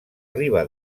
riba